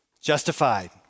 justified